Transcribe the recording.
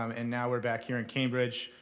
um and now we're back here in cambridge.